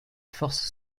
force